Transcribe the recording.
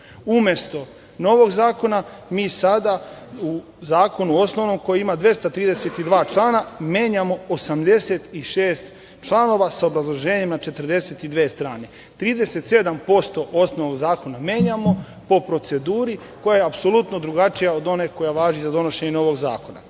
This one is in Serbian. Umesto novog zakona, mi sada u osnovnom zakonu, koji ima 232 člana, menjamo 86 članova sa obrazloženjem na 42 strane, 37% osnovnog zakona menjamo po proceduri koja je apsolutno drugačija od one koja važi za donošenje novog zakona. Ono